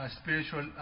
spiritual